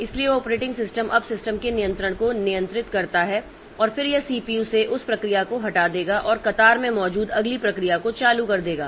इसलिए operating system अब system के नियंत्रण को नियंत्रित करता है और फिर यह सीपीयू से उस प्रक्रिया को हटा देगा और कतार में मौजूद अगली प्रक्रिया को चालू कर देगा